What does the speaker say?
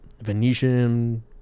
Venetian